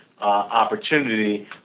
opportunity